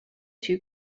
two